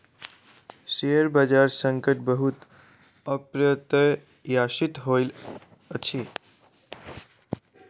share बजार संकट बहुत अप्रत्याशित होइत अछि